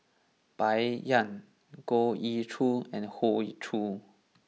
Bai Yan Goh Ee Choo and Hoey Choo